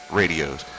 radios